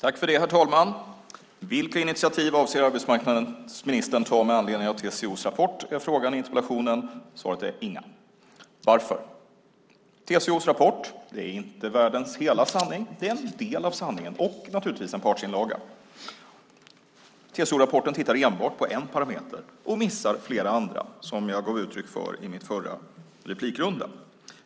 Herr talman! Vilka initiativ avser arbetsmarknadsministern att vidta med anledning av TCO:s rapport är frågan i interpellationen. Svaret är: Inga. Varför? TCO:s rapport är inte världens hela sanning. Det är en del av sanningen och naturligtvis en partsinlaga. TCO-rapporten tittar enbart på en parameter och missar flera andra, som jag gav uttryck för i mitt förra inlägg.